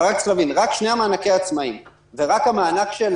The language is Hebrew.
אבל כדאי שתבינו שרק שני מענקי העצמאיים ורק המענק של